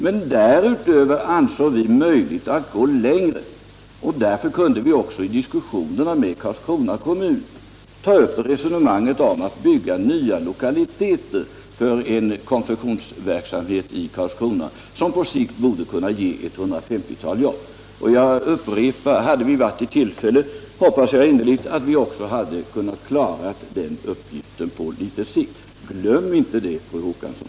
Men därutöver ansåg vi det möjligt att gå längre. Därför kunde vi också med Karlskrona kommun ta upp resonemanget om att bygga nya lokaliteter för en konfektionsverksamhet i Karlskrona som på sikt borde kunna ge ca 150 jobb. Jag upprepar: Hade vi haft tillfälle hoppas jag innerligt att vi också hade kunnat klara den uppgiften på litet sikt. Glöm inte det, fru Håkansson!